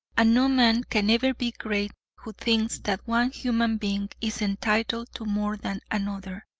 and no man can ever be great who thinks that one human being is entitled to more than another.